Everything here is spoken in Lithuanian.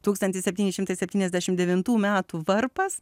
tūkstantis septyni šimtai septyniasdešimt devintų metų varpas